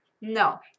No